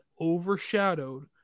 overshadowed